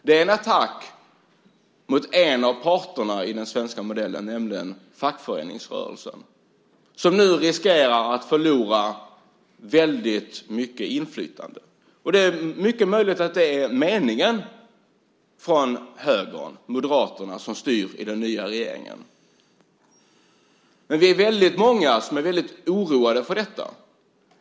Det är en attack mot en av parterna i den svenska modellen, nämligen fackföreningsrörelsen, som nu riskerar att förlora väldigt mycket inflytande. Det är mycket möjligt att det är meningen från högern, Moderaterna, som styr i den nya regeringen. Vi är väldigt många som är mycket oroade över detta.